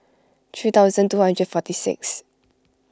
three thousand two hundred forty sixth